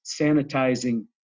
sanitizing